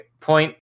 point